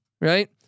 right